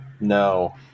No